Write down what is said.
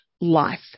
life